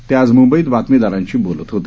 ते आज मुंबईत बातमीदारांशी बोलत होते